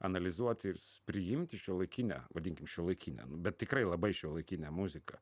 analizuoti s priimti šiuolaikinę vadinkim šiuolaikinę nu bet tikrai labai šiuolaikinę muziką